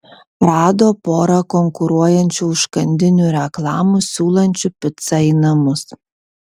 rado porą konkuruojančių užkandinių reklamų siūlančių picą į namus